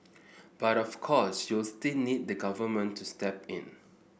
but of course you'll still need the government to step in